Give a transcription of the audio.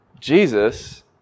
Jesus